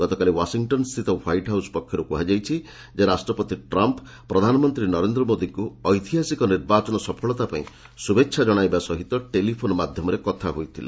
ଗତକାଲି ୱାଶିଂଟନ୍ସ୍ଥିତ White House ପକ୍ଷରୁ କୁହାଯାଇଛି ଯେ ରାଷ୍ଟ୍ରପତି ଟ୍ରମ୍ପ ପ୍ରଧାନମନ୍ତ୍ରୀ ନରେନ୍ଦ୍ର ମୋଦିଙ୍କୁ ଐତିହାସିକ ନିର୍ବାଚନ ସଫଳତା ପାଇଁ ଶୁଭେଚ୍ଛା କଣାଇବା ସହିତ ଟେଲିଫୋନ୍ ମାଧ୍ୟମରେ କଥା ହୋଇଥିଲେ